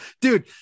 dude